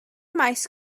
maes